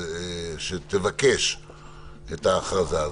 שתבקש את ההכרזה הזאת,